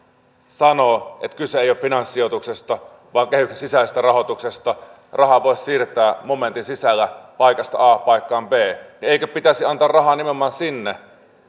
sanoo että kyse ei ole finanssisijoituksesta vaan kehyksen sisäisestä rahoituksesta rahaa voisi siirtää momentin sisällä paikasta a paikkaan b niin eikö pitäisi antaa rahaa nimenomaan sinne